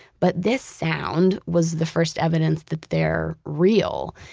but this sound was the first evidence that they're real.